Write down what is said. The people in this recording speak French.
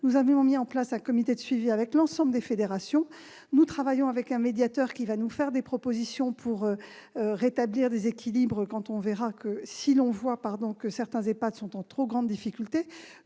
Nous avons mis en place un comité de suivi avec l'ensemble des fédérations et nous travaillons avec un médiateur qui nous fera des propositions pour rétablir des équilibres si l'on voit que certains EHPAD sont en trop grande difficulté.